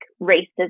racism